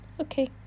Okay